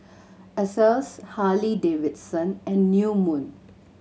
Asos Harley Davidson and New Moon